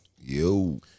Yo